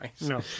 no